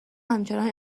همچنان